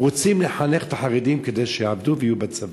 רוצים לחנך את החרדים כדי שיעבדו ויהיו בצבא,